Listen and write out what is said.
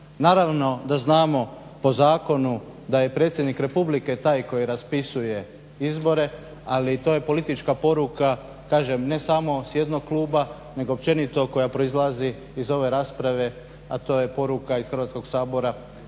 Naravno da znamo po zakonu da je predsjednik republike taj koji raspisuje izbore ali to je politička poruka, kažem ne samo s jednog kluba, nego općenito koja proizlazi iz ove rasprave, a to je poruka iz Hrvatskog sabora